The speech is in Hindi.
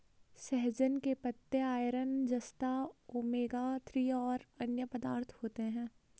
सहजन के पत्ते में आयरन, जस्ता, ओमेगा थ्री और अन्य पदार्थ होते है